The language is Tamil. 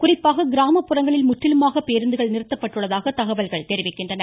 குறிப்பாக கிராமப்புறங்களில் முற்றிலுமாக பேருந்துகள் நிறுத்தப்பட்டுள்ளதாக தகவல்கள் தெரிவிக்கின்றன